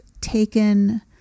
taken